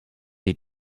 die